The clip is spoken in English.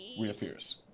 reappears